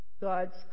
God's